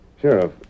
Sheriff